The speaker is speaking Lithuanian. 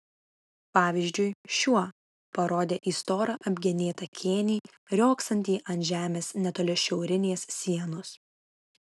pavyzdžiui šiuo parodė į storą apgenėtą kėnį riogsantį ant žemės netoli šiaurinės sienos